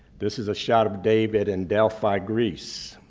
this is a shot of david in delphi, greece.